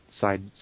side